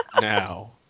now